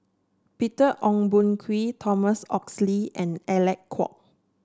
Peter Ong Boon Kwee Thomas Oxley and Alec Kuok